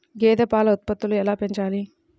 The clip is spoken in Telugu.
గేదె పాల ఉత్పత్తులు ఎలా పెంచాలి?